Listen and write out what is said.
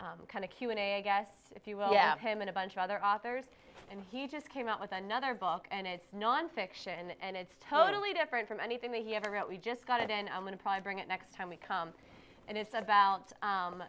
kind of q and a i guess if you will get him in a bunch of other authors and he just came out with another ball and it's nonfiction and it's totally different from anything that he ever wrote we just got it and i'm going to probably bring it next time we come and it's about